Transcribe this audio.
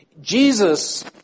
Jesus